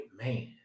man